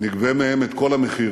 נגבה מהם את כל המחיר.